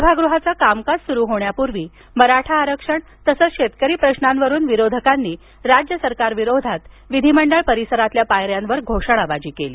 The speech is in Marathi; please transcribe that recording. सभागृहाचं कामकाज सुरू होण्यापूर्वी मराठा आरक्षण तसंच शेतकरी प्रश्नांवरून विरोधकांनी राज्य सरकारविरोधात विधिमंडळ परिसरातल्या पायऱ्यांवर घोषणाबाजी केली